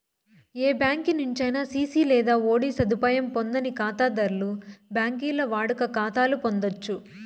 ఏ బ్యాంకి నుంచైనా సిసి లేదా ఓడీ సదుపాయం పొందని కాతాధర్లు బాంకీల్ల వాడుక కాతాలు పొందచ్చు